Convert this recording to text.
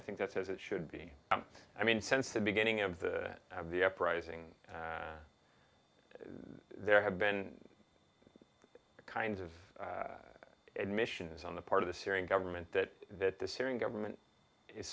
i think that's as it should be i mean tense the beginning and have the uprising there have been the kinds of admissions on the part of the syrian government that that the syrian government is